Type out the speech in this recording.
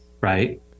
right